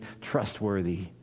trustworthy